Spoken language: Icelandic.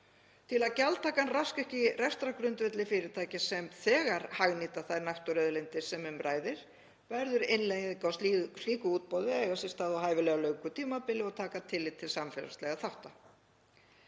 Til að gjaldtakan raski ekki rekstrargrundvelli fyrirtækja sem þegar hagnýta þær náttúruauðlindir sem um ræðir verður innleiðing á slíku útboði að eiga sér stað á hæfilega löngu tímabili og taka tillit til samfélagslegra þátta.“